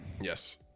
yes